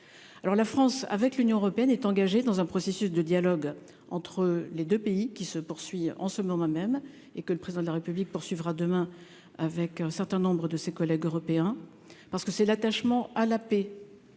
alors la France avec l'Union européenne est engagée dans un processus de dialogue entre les 2 pays qui se poursuit en ce moment même, et que le président de la République poursuivra demain avec un certain nombre de ses collègues européens parce que c'est l'attachement à la paix